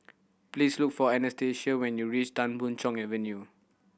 please look for Anastasia when you reach Tan Boon Chong Avenue